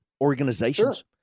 organizations